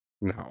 no